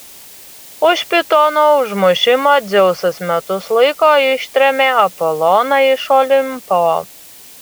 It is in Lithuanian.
už pitono užmušimą dzeusas metus laiko ištrėmė apoloną iš olimpo